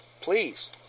please